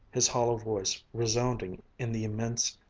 his hollow voice resounding in the immense,